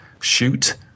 Shoot